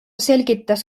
selgitas